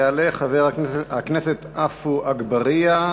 יעלה חבר הכנסת עפו אגבאריה.